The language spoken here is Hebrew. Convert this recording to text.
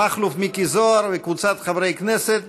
מכלוף מיקי זוהר וקבוצת חברי הכנסת.